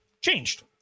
changed